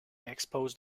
exposed